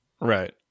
right